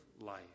life